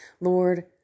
Lord